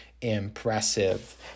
impressive